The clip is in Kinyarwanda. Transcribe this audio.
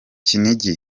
kinigi